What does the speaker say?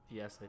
yes